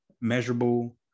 measurable